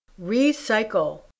Recycle